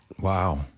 Wow